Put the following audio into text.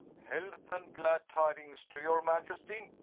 health and glad tydings to your maiesty kin.